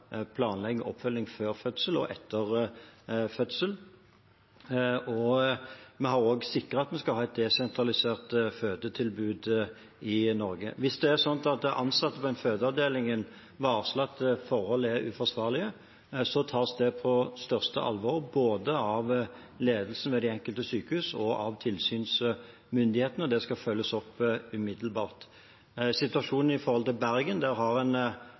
oppfølging før og etter fødsel. Vi har også sikret at vi skal ha et desentralisert fødetilbud i Norge. Hvis det er sånn at ansatte på en fødeavdeling varsler at forhold er uforsvarlige, tas det på største alvor både av ledelsen ved de enkelte sykehus og av tilsynsmyndighetene, og det skal følges opp umiddelbart. Når det gjelder situasjonen i Bergen, har de ansatte tidligere varslet om det samme. Det førte til